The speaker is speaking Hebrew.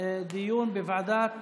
דיון בוועדת